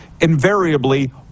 Invariably